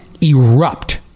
erupt